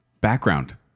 background